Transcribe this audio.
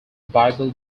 bible